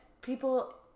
People